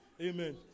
Amen